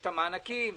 יש את המענקים וכו',